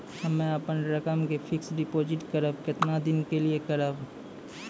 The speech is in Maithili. हम्मे अपन रकम के फिक्स्ड डिपोजिट करबऽ केतना दिन के लिए करबऽ?